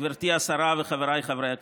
גברתי השרה וחבריי חברי הכנסת?